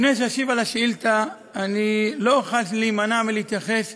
לפני שאשיב על השאילתה, לא אוכל להימנע מלהתייחס